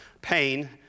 pain